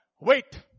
Wait